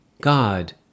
God